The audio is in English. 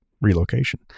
relocation